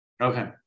Okay